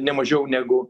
nemažiau negu